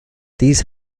these